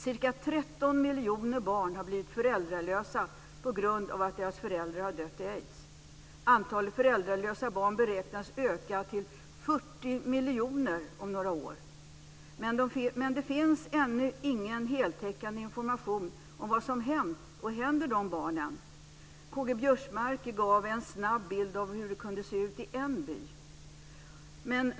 Ca 13 miljoner barn har blivit föräldralösa på grund av att deras föräldrar har dött i aids. Antalet föräldralösa barn beräknas öka till 40 miljoner om några år. Men det finns ännu ingen heltäckande information om vad som har hänt och händer de barnen. K-G Biörsmark gav en snabb bild av hur det kunde se ut i en by.